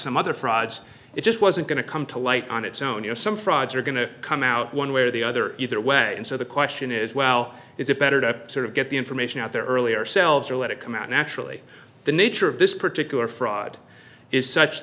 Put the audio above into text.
some other frauds it just wasn't going to come to light on its own you know some frauds are going to come out one way or the other either way and so the question is well is it better to sort of get the information out there earlier selves or let it come out naturally the nature of this particular fraud is such